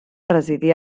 residí